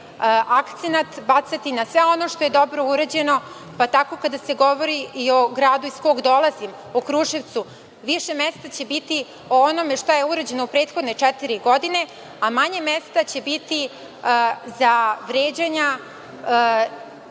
akcenat bacati na sve ono što je dobro urađeno, pa tako i kada se govori o gradu iz kog dolazim, o Kruševcu više mesta će biti o onome šta je urađeno u prethodne četiri godine, a manje mesta će biti za vređanja